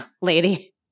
lady